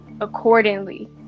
accordingly